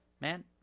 man